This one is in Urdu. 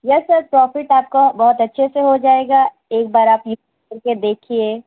یس سر پرافٹ آپ کا بہت اچھے سے ہو جائے گا ایک بار آپ یہ کر کے دیکھیے